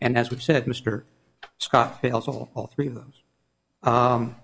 and as we've said mr scott fails all all three of those